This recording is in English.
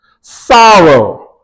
Sorrow